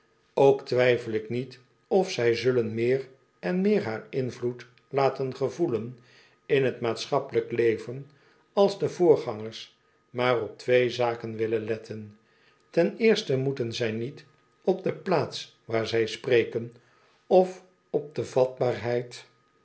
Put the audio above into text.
ook twijfel ik niet of zij zullen meer en meer haar invloed laten gevoelen in t maatschappelijk leven als de voorgangers maar op twee zaken willen letten ten eerste moeten zij niet op de plaats waar zij spreken of op de vatbaarheid